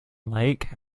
lake